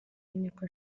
w’inteko